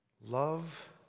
Love